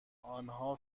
آنها